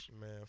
man